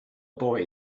boy